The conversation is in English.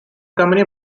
company